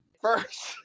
first